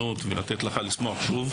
אני אנצל את ההזדמנות ולתת לך לשמוח שוב,